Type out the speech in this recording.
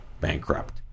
bankrupt